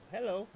Hello